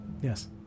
yes